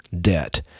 debt